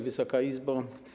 Wysoka Izbo!